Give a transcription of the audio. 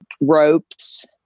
ropes